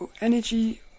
energy